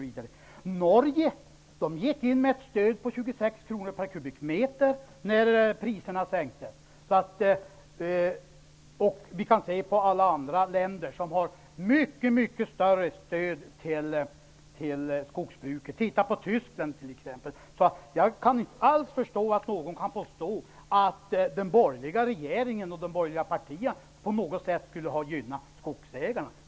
I Norge gick man in med ett stöd på 26 kr per kubikmeter när priserna sänktes, och många andra länder har ett mycket större stöd till skogsbruket än vårt land. Se t.ex. på Tyskland! Jag kan alltså inte alls begripa att någon kan påstå att den borgerliga regeringen och de borgerliga partierna på något sätt skulle ha gynnat skogsägarna.